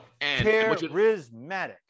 Charismatic